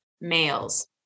males